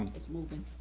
it's moving.